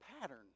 pattern